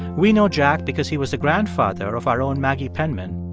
we know jack because he was the grandfather of our own maggie penman.